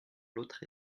l’autre